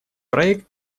проект